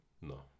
No